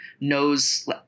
knows